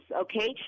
okay